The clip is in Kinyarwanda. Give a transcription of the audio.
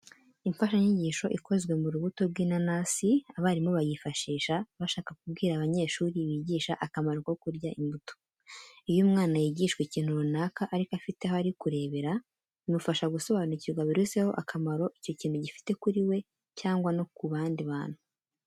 Imfashanyigisho ikozwe mu rubuto rw'inanasi, abarimu bayifashisha bashaka kubwira abanyeshuri bigisha akamaro ko kurya imbuto. Iyo umwana yigishwa ikintu runaka ariko afite aho ari kurebera, bimufasha gusobanukirwa biruseho akamaro icyo kintu gifite kuri we cyangwa no ku bandi bantu.